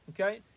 Okay